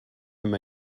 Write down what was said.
him